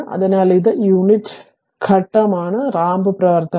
അതിനാൽ ഇത് ഒരു യൂണിറ്റ് ഘട്ടമാണ് റാമ്പ് പ്രവർത്തനം